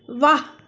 ਵਾਹ